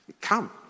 Come